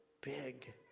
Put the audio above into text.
big